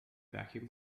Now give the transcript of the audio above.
vacuum